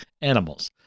animals